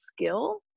skill